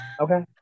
Okay